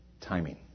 timing